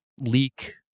leak